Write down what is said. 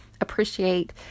Appreciate